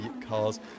cars